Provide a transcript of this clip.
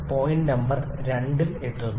point 2 ൽ എത്തിച്ചേരുന്നു